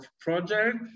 project